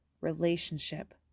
relationship